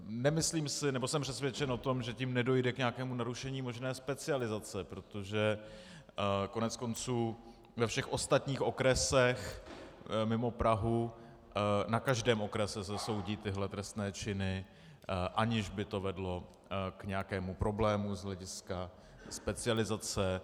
Nemyslím si, nebo jsem přesvědčen o tom, že tím nedojde k nějakému narušení možné specializace, protože koneckonců ve všech ostatních okresech mimo Prahu, na každém okrese se soudí tyhle trestné činy, aniž by to vedlo k nějakému problému z hlediska specializace.